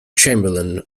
chamberlain